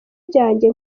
ryanjye